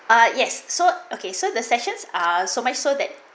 uh yes so okay so the sessions are so much so that